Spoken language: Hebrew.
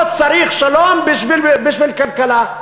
לא צריך שלום בשביל כלכלה,